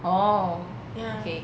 orh okay